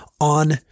on